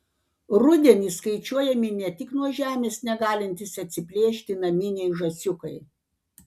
rudenį skaičiuojami ne tik nuo žemės negalintys atsiplėšti naminiai žąsiukai